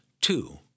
Two